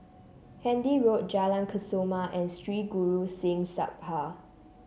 Handy Road Jalan Kesoma and Sri Guru Singh Sabha